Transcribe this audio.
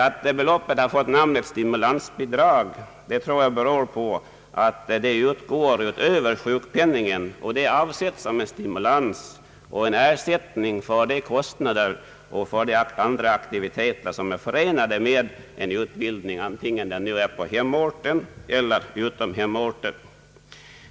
Att ersättningen fått namnet stimulansbidrag tror jag har sin grund i att den utgår utöver sjukpenningen samt är avsedd som en stimulans och ersättning för de kostnader och för de andra aktiviteter, som är förenade med en sådan utbildning, vare sig den erhålles på hemorten eller utom denna.